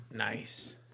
Nice